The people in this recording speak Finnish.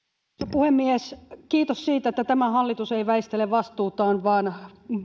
puhemies kiitos siitä että tämä hallitus ei väistele vastuutaan vaan